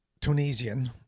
Tunisian